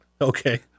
Okay